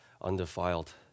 undefiled